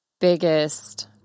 biggest